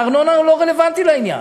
הארנונה לא רלוונטית לעניין.